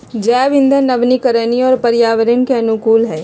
जैव इंधन नवीकरणीय और पर्यावरण के अनुकूल हइ